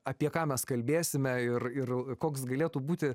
apie ką mes kalbėsime ir ir koks galėtų būti